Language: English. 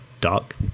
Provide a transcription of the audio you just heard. Dark